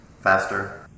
faster